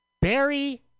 Barry